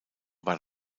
waren